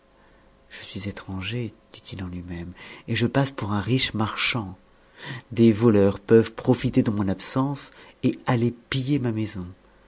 je suis étranger dit-il en lui-même et je passe pour un riche marchand des voleurs peuvent profiter de mon absence et auer piller ma maison